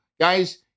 guys